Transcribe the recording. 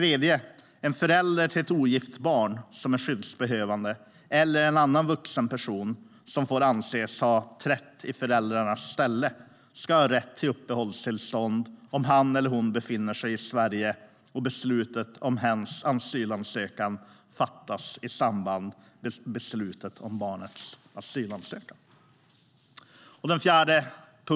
En förälder till ett ogift barn som är skyddsbehövande eller en annan vuxen person som får anses har trätt i föräldrarnas ställe ska ha rätt till uppehållstillstånd om han eller hon befinner sig i Sverige och beslutet om hens asylansökan fattas i samband med beslutet om barnets asylansökan.